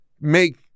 make